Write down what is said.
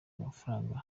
amafaranga